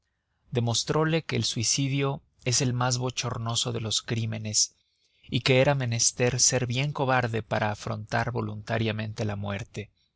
demostrole que el suicidio es el más bochornoso de los crímenes y que era menester ser bien cobarde para afrontar voluntariamente la muerte